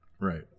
Right